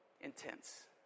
intense